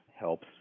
helps